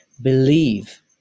believe